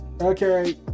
Okay